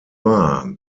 war